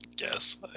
Yes